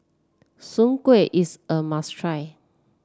Soon Kuih is a must try